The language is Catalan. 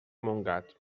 montgat